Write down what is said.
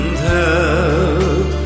help